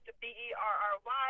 b-e-r-r-y